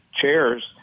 chairs